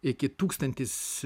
iki tūkstantis